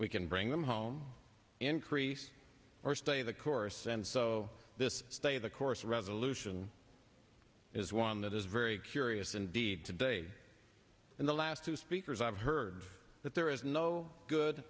we can bring them home increase or stay the course and so this stay the course resolution is one that is very curious indeed today in the last two speakers i've heard that there is no good